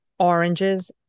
oranges